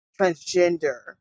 transgender